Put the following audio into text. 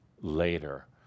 later